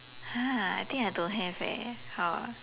!huh! I think I don't have leh how ah